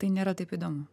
tai nėra taip įdomu